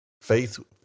Faith